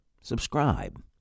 Subscribe